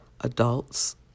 adults